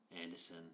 Anderson